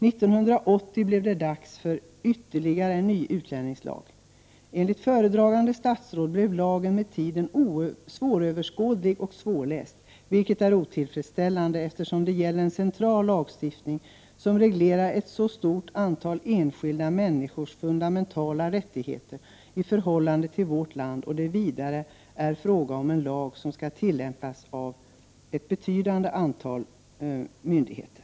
1980 blev det dags för ytterligare en ny utlänningslag. Enligt föredragande statsråd blev lagen med tiden ”svåröverskådlig och svårläst, vilket är otillfredsställande, eftersom det gäller en central lagstiftning som reglerar ett 37 stort antal enskilda människors fundamentala rättigheter i förhållande till vårt land och det vidare är fråga om en lag som skall tillämpas av ett betydande antal myndigheter”.